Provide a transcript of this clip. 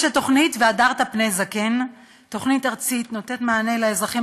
יש תוכנית ”והדרת פני זקן” תוכנית ארצית שנותנת מענה לאזרחים